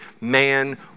man